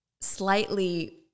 slightly